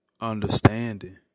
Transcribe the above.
understanding